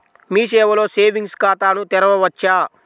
మీ సేవలో సేవింగ్స్ ఖాతాను తెరవవచ్చా?